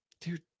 Dude